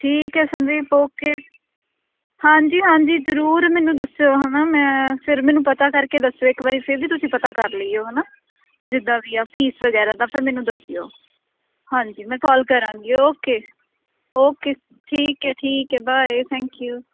ਠੀਕ ਹੈ ਸੰਦੀਪ ਓਕੇ ਹਾਂਜੀ ਹਾਂਜੀ ਜ਼ਰੂਰ ਮੈਨੂੰ ਦੱਸਿਓ ਹੈ ਨਾ ਮੈਂ ਫਿਰ ਮੈਨੂੰ ਪਤਾ ਕਰਕੇ ਦੱਸਿਓ ਇੱਕ ਵਾਰੀ ਫਿਰ ਵੀ ਤੁਸੀਂ ਪਤਾ ਕਰ ਲਿਓ ਹੈ ਨਾ ਜਿੱਦਾਂ ਵੀ ਆ ਫੀਸ ਵਗੈਰਾ ਦਾ ਫਿਰ ਮੈਨੂੰ ਦੱਸਿਓ ਹਾਂਜੀ ਮੈਂ ਕਾਲ ਕਰਾਂਗੀ ਓਕੇ ਓਕੇ ਠੀਕ ਹੈ ਠੀਕ ਹੈ ਬਾਏ ਥੈਂਕ ਯੂ